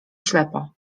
ślepo